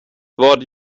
vad